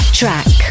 track